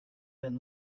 been